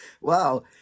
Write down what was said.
Wow